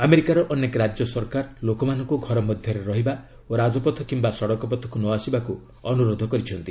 ଆମେରିକାର ଅନେକ ରାଜ୍ୟ ସରକାର ଲୋକମାନଙ୍କୁ ଘର ମଧ୍ୟରେ ରହିବା ଓ ରାଜପଥ କିମ୍ବା ସଡ଼କପଥକୁ ନ ଆସିବାକୁ ଅନୁରୋଧ କରିଛନ୍ତି